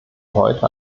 heute